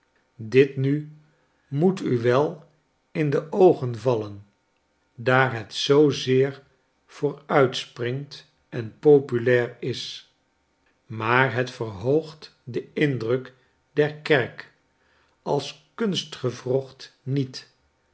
dit nu moet u wel in de oogen vallen daar het zoozeer vooruitspringt en populair is maar het verhoogt den indruk der kerk als kunstgewrocht niet